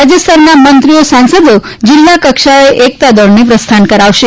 રાજ્યસ્તરના મંત્રીઓ સાંસદો જિલ્લા કક્ષાએ એકતા દોડને પ્રસ્થાન કરાવશે